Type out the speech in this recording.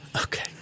Okay